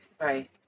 right